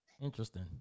Interesting